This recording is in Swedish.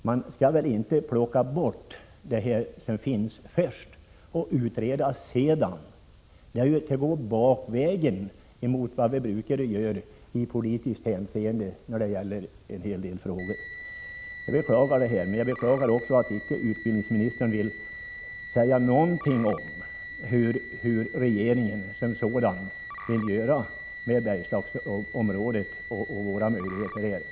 Man skall väl inte först ta bort det som finns och därefter utreda? I så fall tillämpar man ju den motsatta turordningen mot vad man brukar göra i politiskt hänseende i de flesta frågor. Jag beklagar det som hänt, men jag beklagar också att utbildningsministern inte vill säga någonting om vad regeringen vill göra när det gäller Bergslagsområdet och våra möjligheter där.